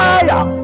Fire